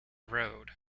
road